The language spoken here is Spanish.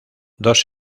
dos